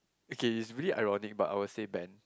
okay is really ironic but I will say Ben